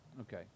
Okay